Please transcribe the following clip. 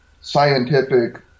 scientific